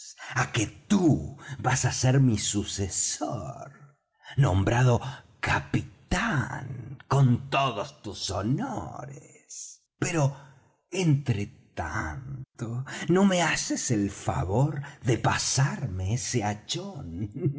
á que tú vas á ser mi sucesor nombrado capitán con todos tus honores pero entre tanto no me haces el favor de pasarme ese hachón